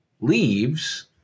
leaves